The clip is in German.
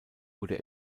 wurde